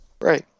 Right